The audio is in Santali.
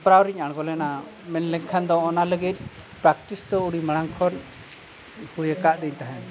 ᱦᱮᱯᱲᱟᱣᱨᱤᱧ ᱟᱬᱜᱳ ᱞᱮᱱᱟ ᱢᱮᱱ ᱞᱮᱱᱠᱷᱟᱱ ᱫᱚ ᱚᱱᱟ ᱞᱟᱹᱜᱤᱫ ᱯᱨᱮᱠᱴᱤᱥ ᱫᱚ ᱟᱹᱰᱤ ᱢᱟᱲᱟᱝ ᱠᱷᱚᱱ ᱦᱩᱭ ᱟᱠᱟᱫᱤᱧ ᱛᱟᱦᱮᱱ